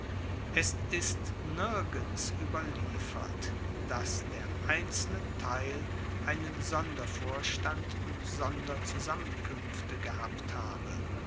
es ist nirgends ueberliefert dass der einzelne teil einen sondervorstand und sonderzusammenkuenfte gehabt habe